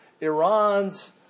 Iran's